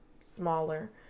smaller